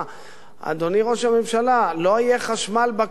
אדוני ראש הממשלה, לא יהיה חשמל בקיץ הבא.